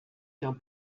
qu’un